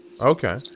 Okay